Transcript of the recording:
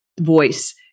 voice